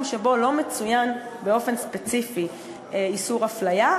שבו לא מצוין באופן ספציפי איסור הפליה,